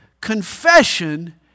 confession